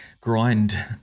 grind